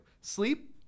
sleep